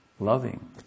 Loving